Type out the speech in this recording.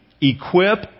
equip